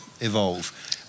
evolve